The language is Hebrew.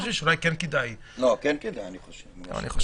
כן כדאי, אני חושב.